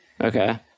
Okay